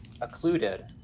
occluded